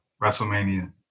WrestleMania